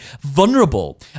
vulnerable